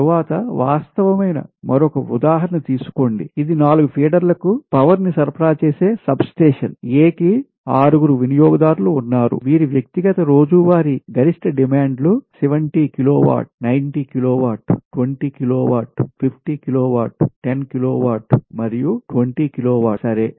తరువాత వాస్తవమైన మరొక ఉదాహరణ తీసుకోండి ఇది 4 ఫీడర్లకు power శక్తిని సరఫరా చేసే సబ్స్టేషన్ A కి 6 గురు వినియోగదారులు ఉన్నారు వీరి వ్యక్తిగత రోజువారీ గరిష్ట డిమాండ్లు 70 kilowatt 90 kilowatt 20 kilowatt 50 kilowatt 10 kilowatt మరియు 20 కిలోవాట్ సరే